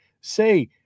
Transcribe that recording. say